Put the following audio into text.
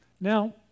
Now